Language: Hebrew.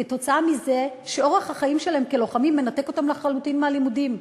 כי אורח החיים שלהם כלוחמים מנתק אותם לחלוטין מהלימודים,